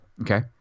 Okay